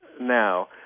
now